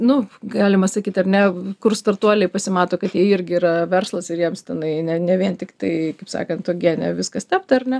nu galima sakyt ar ne kur startuoliai pasimato kad jie irgi yra verslas ir jiems tenai ne ne vien tiktai kaip sakant uogiene viskas tept ar ne